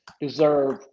deserve